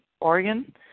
Oregon